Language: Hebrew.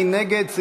מי נגד?